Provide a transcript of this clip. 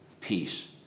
peace